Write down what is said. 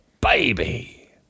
baby